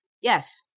Yes